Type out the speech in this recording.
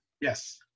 Yes